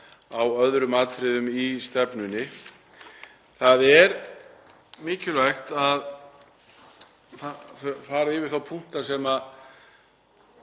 á öðrum atriðum í stefnunni. Það er mikilvægt að fara yfir þá punkta sem